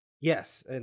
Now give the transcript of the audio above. Yes